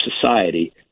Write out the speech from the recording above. society